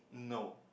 no